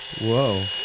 Whoa